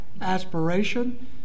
aspiration